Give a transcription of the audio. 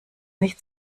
nicht